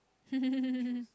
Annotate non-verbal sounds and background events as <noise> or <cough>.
<laughs>